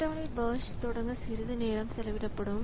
அட்டவணை பர்ஸ்ட் தொடங்க சிறிது நேரம் செலவிடப்படும்